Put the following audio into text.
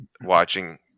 watching